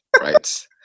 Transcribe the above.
Right